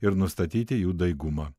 ir nustatyti jų daigumą